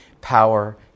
power